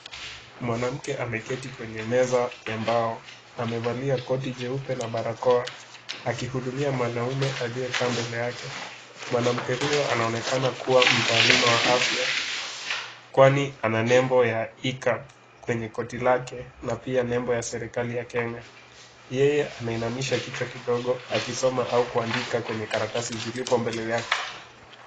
Mwanamke ameketi kwenye meza ya mbao, amevalia koti jeupe na barakoa, akihudumia mwanaume aliyekaa mbele yake. Mwanamke huyo anaonekana kuwa mtaaluma wa afya, kwani ana nembo ya ICAP kwenye koti lake na pia nembo ya serikali ya Kenya. Yeye anainamisha kichwa kidogo akisoma au kuandika kwenye karatasi zilizo mbele yake.